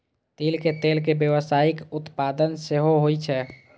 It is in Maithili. तिल के तेलक व्यावसायिक उत्पादन सेहो होइ छै